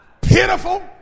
pitiful